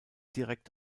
direkt